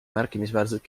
märkimisväärselt